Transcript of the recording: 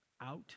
out